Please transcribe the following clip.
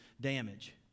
damage